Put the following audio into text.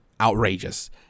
outrageous